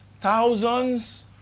thousands